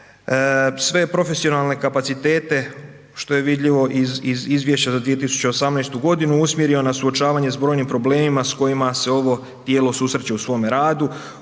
je profesionalne kapacitete, što je vidljivo i iz Izvješće za 2018.-tu godinu, usmjerio na suočavanje s brojnim problemima s kojima se ovo tijelo susreće u svome radu,